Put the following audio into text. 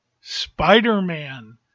Spider-Man